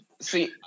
see